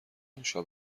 موشا